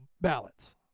ballots